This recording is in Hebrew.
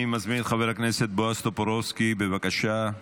אני מזמין את חבר הכנסת בועז טופורובסקי, בבקשה.